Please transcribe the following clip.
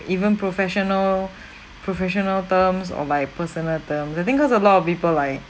even professional professional terms or like personal term I think cause a lot of people like